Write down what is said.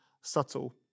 subtle